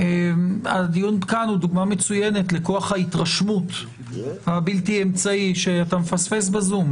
הדיון כאן הוא דוגמה מצוינת לכוח ההתרשמות הבלתי אמצעי שאתה מפספס בזום.